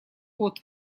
код